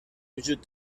وجود